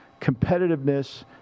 competitiveness